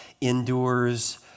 endures